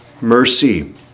mercy